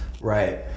right